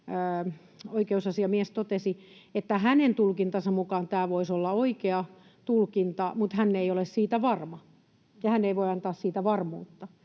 apulaisoikeusasiamies totesi, että hänen tulkintansa mukaan tämä voisi olla oikea tulkinta, mutta hän ei ole siitä varma ja hän ei voi antaa siitä varmuutta,